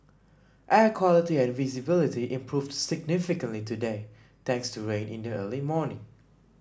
air quality and visibility improved significantly today thanks to rain in the early morning